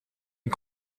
une